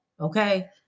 okay